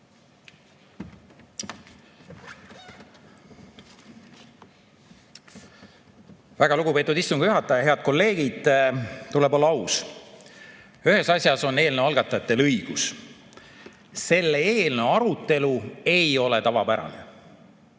Väga lugupeetud istungi juhataja! Head kolleegid! Tuleb olla aus. Ühes asjas on eelnõu algatajatel õigus: selle eelnõu arutelu ei ole tavapärane.